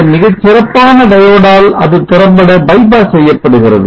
இந்த மிகச்சிறப்பான diode ஆல் அது திறம்பட bypass செய்யப்படுகிறது